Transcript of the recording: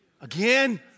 again